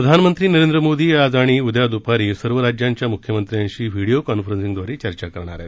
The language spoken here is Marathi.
प्रधानमंत्री नरेंद्र मोदी आज आणि उद्या दुपारी सर्व राज्यांच्या मुख्यमंत्र्यांशी व्हीडीओ कॉन्फरन्सिंगद्वारे चर्चा करणार आहेत